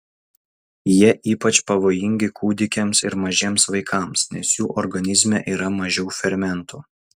jie ypač pavojingi kūdikiams ir mažiems vaikams nes jų organizme yra mažiau fermentų